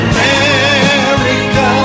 America